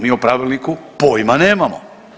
Mi o pravilniku pojma nemamo.